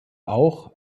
auch